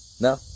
No